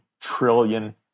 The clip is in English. trillion